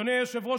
אדוני היושב-ראש,